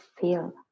feel